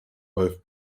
both